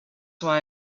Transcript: why